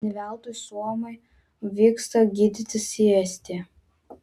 ne veltui suomiai vyksta gydytis į estiją